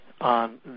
on